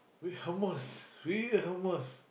wait how much really leh how much